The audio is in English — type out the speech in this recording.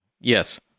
yes